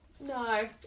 no